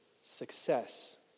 success